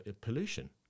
pollution